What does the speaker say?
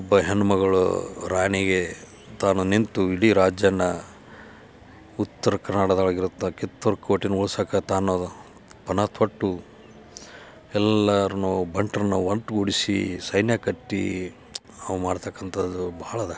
ಒಬ್ಬ ಹೆಣ್ ಮಗಳು ರಾಣಿಗೆ ತಾನು ನಿಂತು ಇಡೀ ರಾಜ್ಯನ ಉತ್ತರ ಕರ್ನಾಟಕದೊಳಗೆ ಇರ್ತ ಕಿತ್ತೂರು ಕೋಟೆನ ಉಳ್ಸೋಕತ್ತ ಅನ್ನೋದು ಪಣ ತೊಟ್ಟು ಎಲ್ಲರ್ನೂ ಬಂಟರ್ನೂ ಒಟ್ಗೂಡಿಸಿ ಸೈನ್ಯ ಕಟ್ಟಿ ಅವ ಮಾಡತಕ್ಕಂಥದ್ದು ಭಾಳ ಅದ